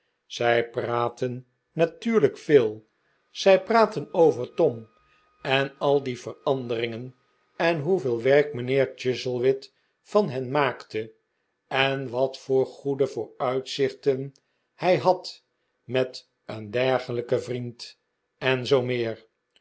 zij praatten natuurlijk veel zij praatten over tom en al die veranderingen en hoeveel werk mijnheer chuzzlewit van hem maakte en wat voor goede vooruitzichten hij had met een dergelijken vriend en zoo al meer